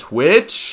Twitch